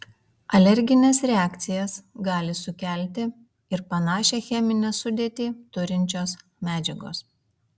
alergines reakcijas gali sukelti ir panašią cheminę sudėtį turinčios medžiagos